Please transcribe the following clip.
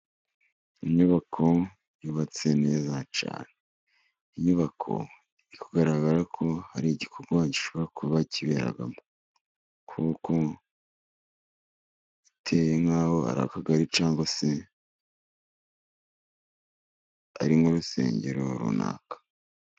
Inyubako yubatse neza cyane. Iyi nyubako biri kugaragara ko hari igikorwa gishobora kuba kiberamo. Kuko iteye nk'aho ari akagari, cyangwa se ari nk'urusengero runaka.